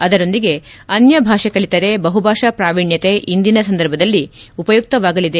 ಅದರೊಂದಿಗೆ ಅನ್ನ ಭಾಷೆ ಕಲಿತರೆ ಬಹುಭಾಷಾ ಪ್ರವೀಣ್ಣತೆ ಇಂದಿನ ಸಂದರ್ಭದಲ್ಲಿ ಉಪಯುಕ್ತವಾಗಲಿದೆ